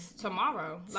tomorrow